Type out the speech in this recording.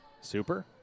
Super